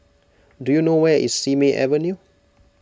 do you know where is Simei Avenue